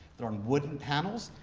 they're on wooden panels.